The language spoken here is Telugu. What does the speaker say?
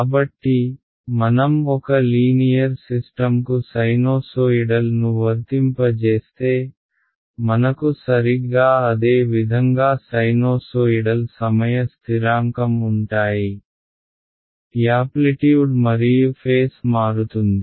కాబట్టి మనం ఒక లీనియర్ సిస్టమ్కు సైనోసోయిడల్ను వర్తింపజేస్తే మనకు సరిగ్గా అదే విధంగా సైనోసోయిడల్ సమయ స్థిరాంకం ఉంటాయి యాప్లిట్యూడ్ మరియు ఫేస్ మారుతుంది